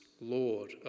Lord